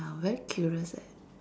ya very curious eh